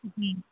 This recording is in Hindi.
जी